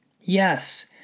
Yes